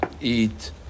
eat